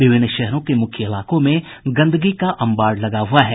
विभिन्न शहरों के मुख्य इलाकों में गंदगी का अंबार लगा हुआ है